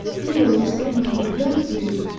leo was somewhat in advance of me,